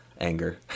anger